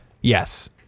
Yes